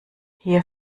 hier